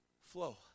Flow